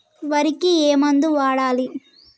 వరికి ఏ మందు వాడాలి?